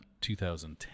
2010